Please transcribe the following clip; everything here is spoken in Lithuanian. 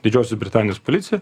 didžiosios britanijos policija